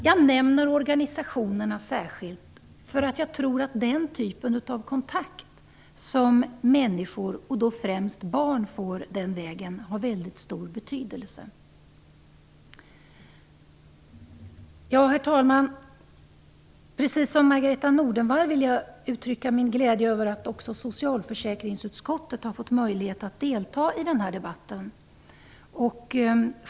Jag nämner organisationerna särskilt därför att jag tror att den typ av kontakter som människor, främst barn, får den vägen har väldigt stor betydelse. Herr talman! Precis som Margareta E Nordenvall gjorde uttrycker också jag glädje över att även socialförsäkringsutskottet fått möjlighet att delta i den här debatten.